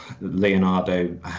Leonardo